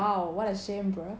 !wow! what a shame bruh